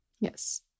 Yes